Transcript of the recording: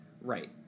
Right